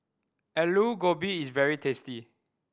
Aloo Gobi is very tasty